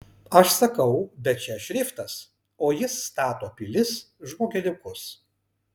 aš sakau bet čia šriftas o jis stato pilis žmogeliukus